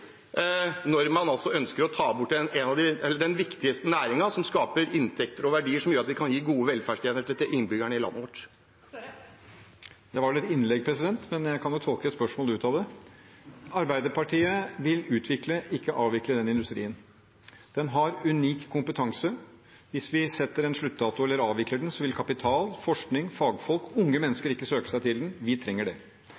når man ønsker å ta bort den viktigste næringen, som skaper inntekter og verdier som gjør at vi kan gi gode velferdstjenester til innbyggerne i landet vårt. Det var vel et innlegg, men jeg kan jo tolke et spørsmål ut av det. Arbeiderpartiet vil utvikle, ikke avvikle den industrien. Den har en unik kompetanse. Hvis vi setter en sluttdato eller avvikler den, vil kapital, forskning, fagfolk og unge